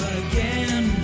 again